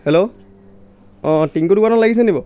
hello অঁ টিংকু দোকানত লাগিছেনেকি বাৰু